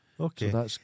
Okay